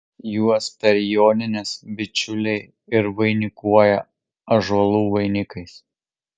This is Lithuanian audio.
juos per jonines bičiuliai ir vainikuoja ąžuolų vainikais